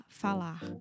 falar